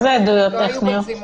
על אף האמור בסעיף קטן (א)(1),